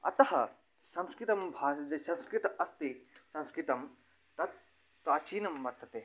अतः संस्कृतं भा संस्कृतम् अस्ति संस्कृतं तत् प्राचीनं वर्तते